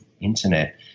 Internet